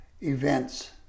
events